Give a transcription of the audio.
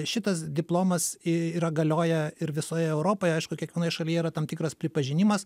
šitas diplomas yra galioja ir visoje europoje aišku kiekvienoj šalyje yra tam tikras pripažinimas